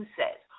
says